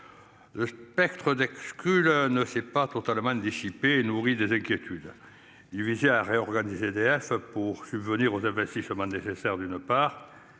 Spectre d'exclus le ne fait pas totalement. Et nourrit des inquiétudes. Il visait à réorganiser. Ça pour subvenir aux investissements nécessaires, d'une part.